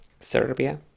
Serbia